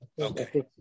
okay